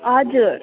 हजुर